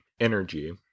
energy